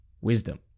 Wisdom